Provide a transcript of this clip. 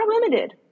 limited